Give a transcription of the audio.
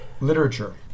Literature